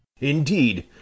indeed